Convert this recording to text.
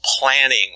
planning